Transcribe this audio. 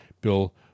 Bill